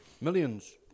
Millions